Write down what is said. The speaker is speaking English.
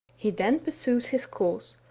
he then pursues his course,